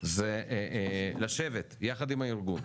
זה לשבת יחד עם הארגון,